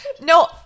no